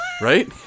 right